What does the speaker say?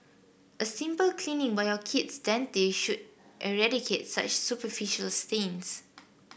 a simple cleaning by your kid's dentist should eradicate such superficial stains